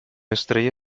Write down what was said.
estrella